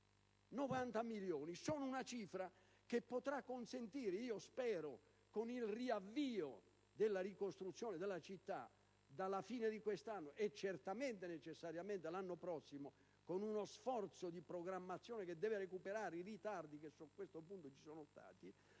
90 milioni di euro sono una cifra che potrà consentire, almeno lo spero, con il riavvio della ricostruzione della città dalla fine di quest'anno e certamente e necessariamente dall'anno prossimo, con uno sforzo di programmazione che deve recuperare i ritardi che vi sono stati,